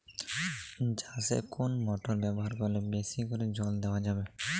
চাষে কোন মোটর ব্যবহার করলে বেশী করে জল দেওয়া যাবে?